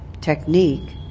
technique